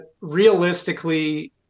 realistically